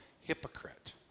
hypocrite